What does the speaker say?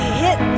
hit